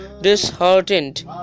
disheartened